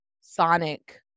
sonic